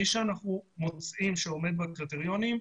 מי שאנחנו מוצאים שעומד בקריטריונים,